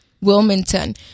Wilmington